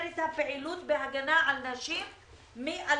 את הפעילות בהגנה על נשים מאלימות.